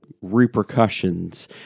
Repercussions